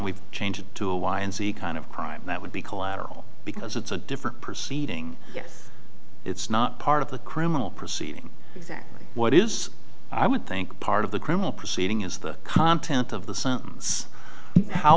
we've changed to a y and z kind of crime that would be collateral because it's a different proceeding yes it's not part of the criminal proceeding exactly what is i would think part of the criminal proceeding is the content of the sentence how